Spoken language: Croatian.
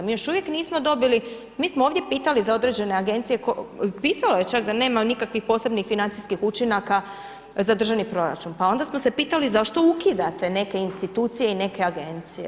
Mi još uvijek nismo dobili, mi smo ovdje pitali za određene agencije, pisalo je čak da nema nikakvih financijskih učinaka, za državni proračun, pa onda smo se pitali zašto ukidate neke institucije i neke agencije.